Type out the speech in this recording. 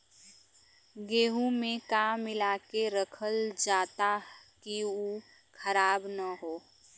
गेहूँ में का मिलाके रखल जाता कि उ खराब न हो?